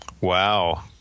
wow